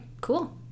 cool